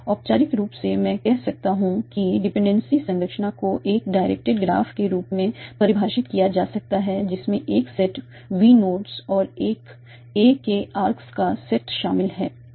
औपचारिक रूप से मैं कह सकता हूं कि डिपेंडेंसी संरचना को एक डायरेक्टेड ग्राफ के रूप में परिभाषित किया जा सकता है जिसमें एक सेट V नोड्स और एक A के आर्क्स का एक सेट शामिल है